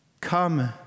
Come